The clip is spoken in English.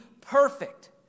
perfect